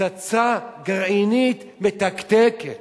פצצה גרעינית מתקתקת,